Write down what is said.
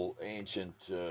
ancient